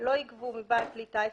"בתוקף סמכותי לפי סעיף